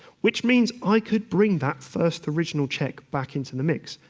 which means i could bring that first original check back into the mix,